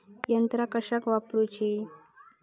यंत्रा कशाक वापुरूची?